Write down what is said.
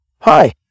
Hi